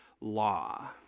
Law